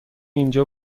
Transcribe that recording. اینجا